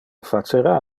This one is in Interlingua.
facera